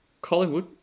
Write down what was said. Collingwood